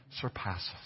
surpasses